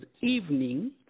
evening